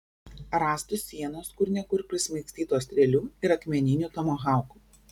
rąstų sienos kur ne kur prismaigstytos strėlių ir akmeninių tomahaukų